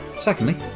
secondly